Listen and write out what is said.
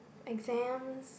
exams